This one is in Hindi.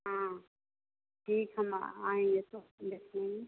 हाँ ठीक है हम आएँगे तो देखेंगे